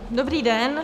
Dobrý den.